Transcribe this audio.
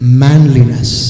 manliness